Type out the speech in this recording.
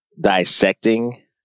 dissecting